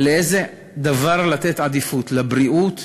לאיזה דבר לתת עדיפות, לבריאות